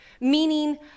meaning